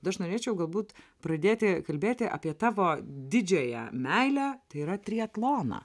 bet aš norėčiau galbūt pradėti kalbėti apie tavo didžiąją meilę tai yra triatloną